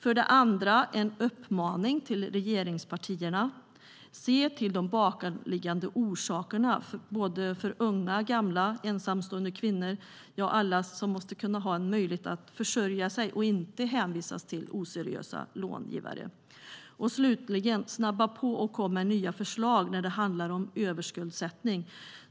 För det andra har jag en uppmaning till regeringspartierna: Se till de bakomliggande orsakerna för såväl unga och gamla som ensamstående kvinnor - ja, alla som måste kunna ha en möjlighet att försörja sig och inte vara hänvisade till oseriösa långivare. Slutligen: Snabba på och kom med nya förslag när det handlar om överskuldsättning!